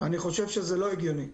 אני חושב שזה לא הגיוני.